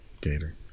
Gator